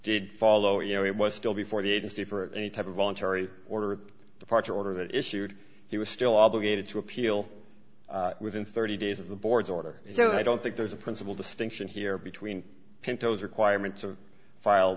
did follow you know it was still before the agency for any type of voluntary order departure order that issued he was still obligated to appeal within thirty days of the board's order so i don't think there's a principle distinction here between pintos requirements are file